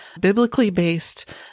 biblically-based